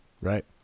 right